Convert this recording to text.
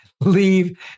leave